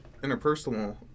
interpersonal